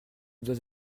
dois